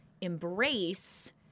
embrace –